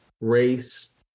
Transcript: race